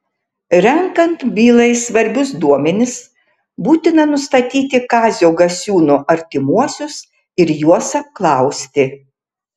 renkant bylai svarbius duomenis būtina nustatyti kazio gasiūno artimuosius ir juos apklausti